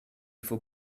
faut